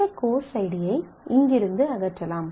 இந்த கோர்ஸ் ஐடியை இங்கிருந்து அகற்றலாம்